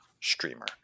streamer